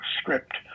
script